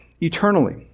eternally